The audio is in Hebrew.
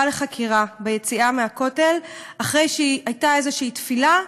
לחקירה ביציאה מהכותל אחרי שהייתה איזושהי תפילה,